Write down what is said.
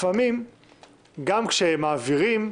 לפעמים גם כשמעבירים,